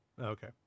Okay